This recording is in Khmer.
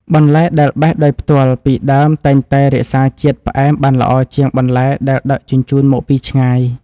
បន្លែដែលបេះដោយផ្ទាល់ពីដើមតែងតែរក្សាជាតិផ្អែមបានល្អជាងបន្លែដែលដឹកជញ្ជូនមកពីឆ្ងាយ។